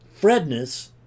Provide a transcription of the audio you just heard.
Fredness